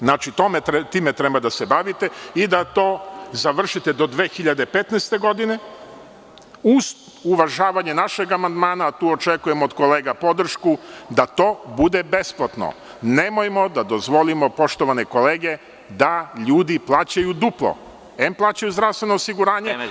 Znači, time treba da se bavite i da to završite do 2015. godine uz uvažavanje našeg amandmana, tu očekujemo od kolega podršku da to bude besplatno, nemojmo da dozvolimo, poštovane kolege, da ljudi plaćaju duplo, em plaćaju zdravstveno osiguranje…